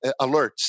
alerts